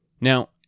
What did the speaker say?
Now